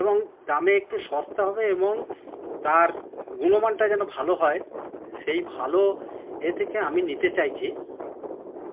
এবং দামে একটু সস্তা হবে এবং তার গুণমানটা যেন ভালো হয় সেই ভালো এ থেকে আমি নিতে চাইছি